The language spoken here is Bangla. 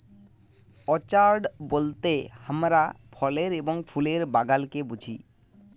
অর্চাড বলতে হামরা ফলের এবং ফুলের বাগালকে বুঝি